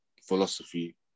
philosophy